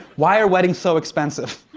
why are weddings so expensive?